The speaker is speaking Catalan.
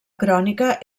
crònica